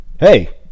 Hey